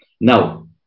Now